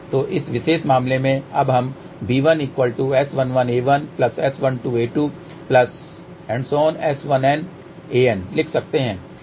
तो इस विशेष मामले में अब हम b1S11a1S12a2S1NaN लिख सकते हैं